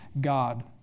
God